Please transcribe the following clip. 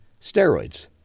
steroids